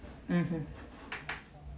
mmhmm